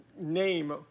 name